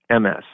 MS